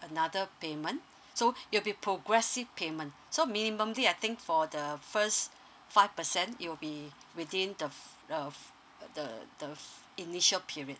another payment so it will be progressive payment so minimumly I think for the first five percent it will be within the the the the initial period